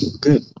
good